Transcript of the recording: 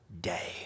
day